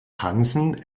hansen